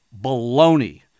baloney